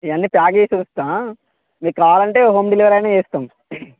ఇవి అన్నీ ప్యాక్ చేసి ఉంచుతాను మీకు కావాలంటే హోమ్ డెలివరీ అయిన చేస్తాం